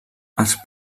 els